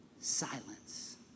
Silence